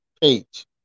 page